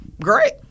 great